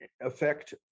affect